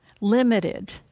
limited